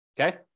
okay